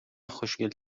خوشگل